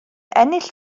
ennill